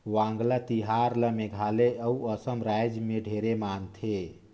वांगला तिहार ल मेघालय अउ असम रायज मे ढेरे मनाथे